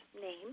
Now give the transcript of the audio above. name